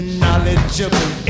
knowledgeable